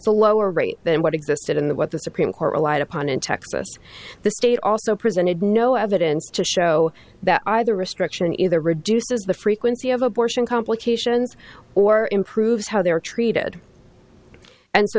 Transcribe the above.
a lower rate than what existed in the what the supreme court relied upon in texas the state also presented no evidence to show that either restriction either reduces the frequency of abortion complications or improves how they are treated and so